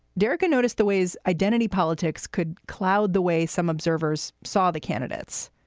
derrick, i noticed the ways identity politics could cloud the way some observers saw the candidates.